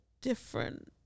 different